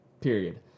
Period